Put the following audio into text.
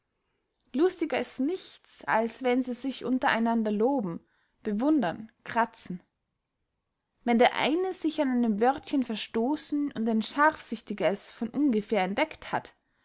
lustiger ist nichts als wenn sie sich unter einander loben bewundern krazen wenn der eine sich an einem wörtchen verstossen und ein scharfsichtiger es von ungefehr entdeckt hat